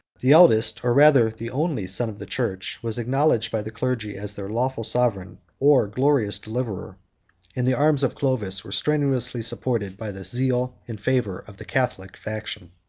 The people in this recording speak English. the eldest, or rather the only, son of the church, was acknowledged by the clergy as their lawful sovereign, or glorious deliverer and the armies of clovis were strenuously supported by the zeal and fervor of the catholic faction.